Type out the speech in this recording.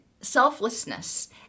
selflessness